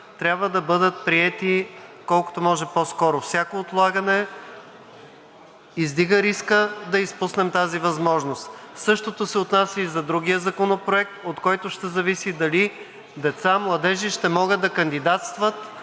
трябва да бъдат приети колкото може по-скоро. Всяко отлагане издига риска да изпуснем тази възможност. Същото се отнася и за другия законопроект, от който ще зависи дали деца, младежи ще могат да кандидатстват